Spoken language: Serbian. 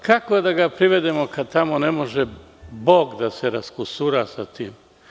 Kako da ga privedemo kad tamo ne može Bog da se raskusura sa tim?